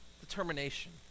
determination